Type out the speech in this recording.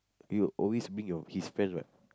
you always bring your his friends what